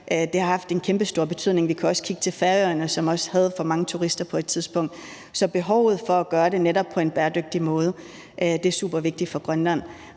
har haft en kæmpestor betydning. Vi kan også kigge til Færøerne, som også havde for mange turister på et tidspunkt. Så behovet for netop at gøre det på en bæredygtig måde er super vigtigt for Grønland.